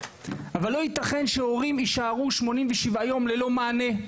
אבל לא ייתכן שהורים יישארו שמונים ושבעה יום ללא מענה.